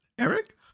Eric